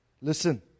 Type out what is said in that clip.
listen